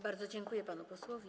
Bardzo dziękuję panu posłowi.